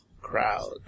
crowd